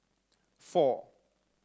four